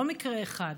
לא במקרה אחד,